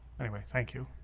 anyway, thank you